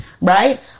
Right